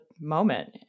moment